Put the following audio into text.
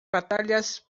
batallas